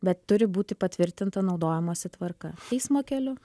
bet turi būti patvirtinta naudojimosi tvarka teismo keliu